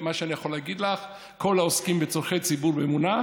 מה שאני יכול להגיד לך: כל העוסקים בצורכי ציבור באמונה,